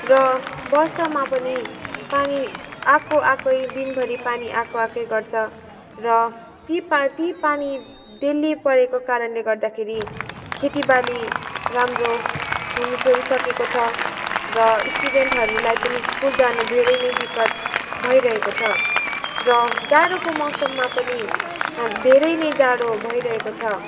र वर्षामा पनि पानी आएकोआएकै दिनभरि पानी आएकोआएकै गर्छ र ती पानी ती पानी डेली परेको कारणले गर्दाखेरि खेतीबाली राम्रो हुनु छोडिसकेको छ र स्टुडेन्टहरूलाई पनि स्कुल जानु धेरै नै दिक्कत भइरहेको छ र जाडोको मौसममा पनि हामी धेरै नै जाडो भइरहेको छ